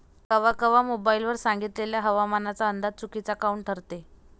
कवा कवा मोबाईल वर सांगितलेला हवामानाचा अंदाज चुकीचा काऊन ठरते?